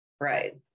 Right